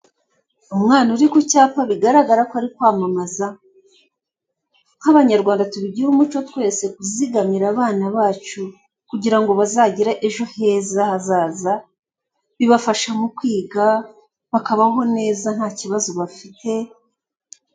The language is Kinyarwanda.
Umwana uri kucyapa bigaragara ko ari kwamamaza. Nk'abanyarwanda tubigire umuco twese kuzigamira abana bacu, kugirango bazagire ejo heza hazaza, bibafasha mukwiga bakabaho neza ntakibazo bafite.